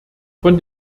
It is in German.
von